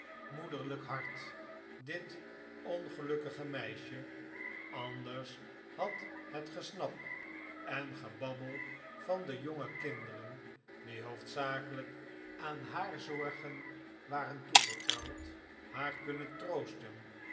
moederlijk hart dit ongelukkige meisje anders had het gesnap en gebabbel van de jongere kinderen die hoofdzakelijk aan haar zorgen waren toevertrouwd haar kunnen troosten